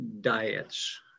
diets